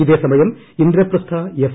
ഇതേസമയം ഇന്ദ്രപസ്ഥ എഫ്